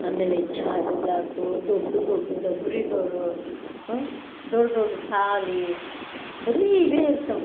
ಆಮೇಲೆ ಚಾದು ಗ್ಲಾಸು ದೊಡ್ಡ ದೊಡ್ಡ ಡಬ್ರಿಗಳು ದೊಡ್ಡ ದೊಡ್ಡ ಥಾಲಿ ಬರೀ ಇವೇ ಇರ್ತವೆ